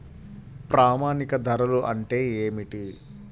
ప్రామాణిక ధరలు అంటే ఏమిటీ?